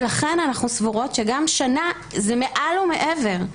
ולכן אנחנו סבורות שגם שנה זה מעל ומעבר.